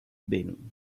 been